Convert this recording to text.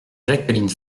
jacqueline